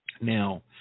Now